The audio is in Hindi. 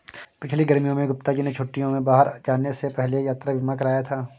पिछली गर्मियों में गुप्ता जी ने छुट्टियों में बाहर जाने से पहले यात्रा बीमा कराया था